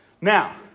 Now